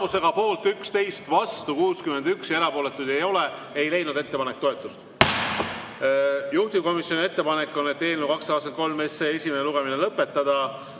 Tulemusega poolt 11, vastu 61 ja erapooletuid ei ole, ei leidnud ettepanek toetust. Juhtivkomisjoni ettepanek on eelnõu 223 esimene lugemine lõpetada.